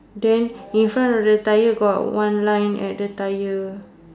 then in front of the tyre got one line at the tyre